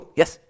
yes